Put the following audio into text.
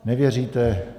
Nevěříte?